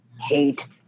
hate